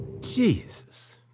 Jesus